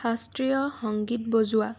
শাস্ত্ৰীয় সংগীত বজোৱা